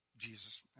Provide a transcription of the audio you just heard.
Jesus